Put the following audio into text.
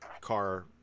car